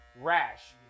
rash